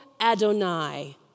Adonai